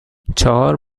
چهار